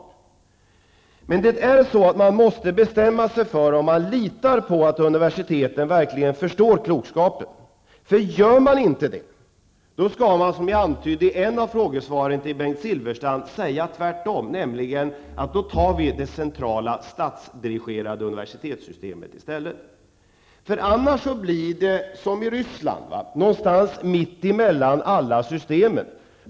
Man måste bestämma sig för att man litar på att universiteten verkligen förstår klokskapen, annars skall man, som jag antydde i svaret till Bengt Silfverstrand, säga tvärtom, nämligen att man i stället tar det centrala, statsdirigerade universitetssystemet. Annars kan det bli som i Ryssland, som står någonstans mitt emellan alla systemen.